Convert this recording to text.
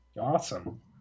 Awesome